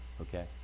okay